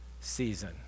season